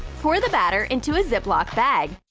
pour the batter into a ziploc bag.